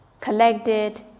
collected